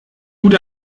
gut